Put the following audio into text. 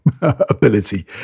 ability